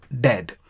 dead